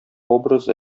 образы